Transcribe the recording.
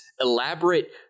elaborate